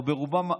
או ברובם,